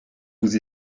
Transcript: vous